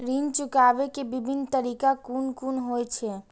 ऋण चुकाबे के विभिन्न तरीका कुन कुन होय छे?